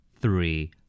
Three